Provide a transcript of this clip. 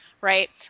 right